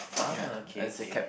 ah okay okay